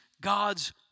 God's